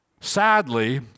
Sadly